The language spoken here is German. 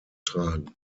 tragen